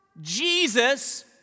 Jesus